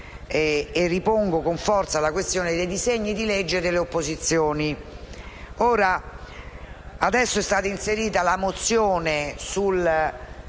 Ripropongo con forza la questione dei disegni di legge delle opposizioni.